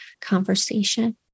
conversation